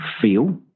feel